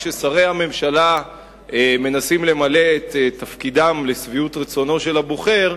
כששרי הממשלה מנסים למלא את תפקידם לשביעות רצונו של הבוחר,